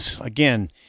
again